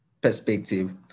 perspective